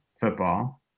football